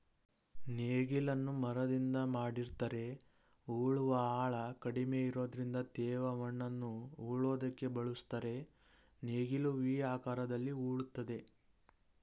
ನೇಗಿಲನ್ನು ಮರದಿಂದ ಮಾಡಿರ್ತರೆ ಉಳುವ ಆಳ ಕಡಿಮೆ ಇರೋದ್ರಿಂದ ತೇವ ಮಣ್ಣನ್ನು ಉಳೋದಕ್ಕೆ ಬಳುಸ್ತರೆ ನೇಗಿಲು ವಿ ಆಕಾರದಲ್ಲಿ ಉಳ್ತದೆ